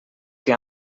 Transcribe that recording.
que